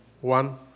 One